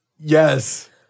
Yes